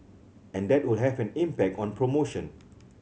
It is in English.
and that will have an impact on promotion